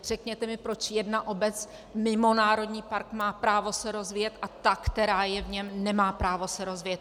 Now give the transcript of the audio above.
Řekněte mi, proč jedna obec mimo národní park má právo se rozvíjet a ta, která je v něm, nemá právo se rozvíjet!